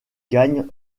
gagne